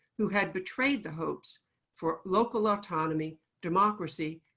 who had betrayed the hopes for local autonomy, democracy,